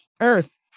earth